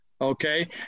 okay